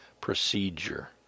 procedure